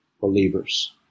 believers